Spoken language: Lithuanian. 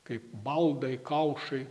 kaip baldai kaušai